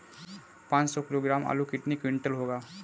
पाँच सौ किलोग्राम आलू कितने क्विंटल होगा?